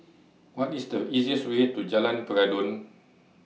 What IS The easiest Way to Jalan Peradun